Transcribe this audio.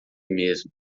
mesmo